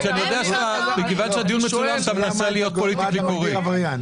אני יודע שמכיוון שהדיון מצולם מנסים להיות פוליטיקלי קורקט.